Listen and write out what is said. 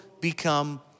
become